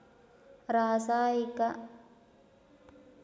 ರಾಸಾಯನಿಕ ಕೀಟನಾಶಕಗಳು ಭಾರತದಲ್ಲಿ ಪರಿಚಯಿಸಿದಾಗಿನಿಂದ ಕೃಷಿಯಲ್ಲಿ ಪ್ರಮುಖ ಪಾತ್ರ ವಹಿಸಿವೆ